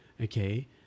okay